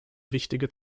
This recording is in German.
wichtige